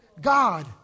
God